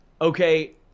okay